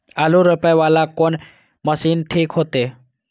आलू रोपे वाला कोन मशीन ठीक होते?